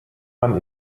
man